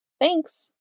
Thanks